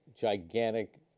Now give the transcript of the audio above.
gigantic